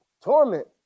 torment